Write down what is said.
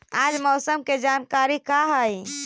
आज मौसम के जानकारी का हई?